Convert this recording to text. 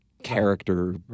character